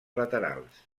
laterals